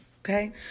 Okay